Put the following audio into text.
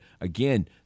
again